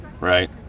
right